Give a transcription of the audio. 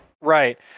Right